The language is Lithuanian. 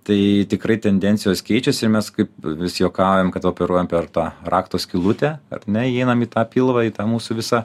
tai tikrai tendencijos keičiasi ir mes kaip vis juokaujam kad operuojam per tą rakto skylutę ar ne įeinam į tą pilvą į tą mūsų visą